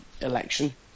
election